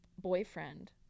boyfriend